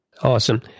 Awesome